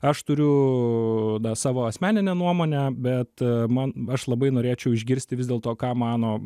aš turiu na savo asmeninę nuomonę bet man aš labai norėčiau išgirsti vis dėlto ką mano